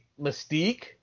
Mystique